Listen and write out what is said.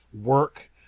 work